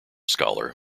scholar